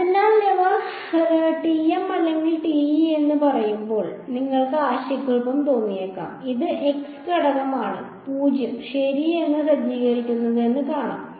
അതിനാൽ അവർ TM അല്ലെങ്കിൽ TE എന്ന് പറയുമ്പോൾ നിങ്ങൾക്ക് ആശയക്കുഴപ്പം തോന്നിയേക്കാം ഏത് z ഘടകമാണ് 0 ശരി എന്ന് സജ്ജീകരിക്കുന്നതെന്ന് കാണുക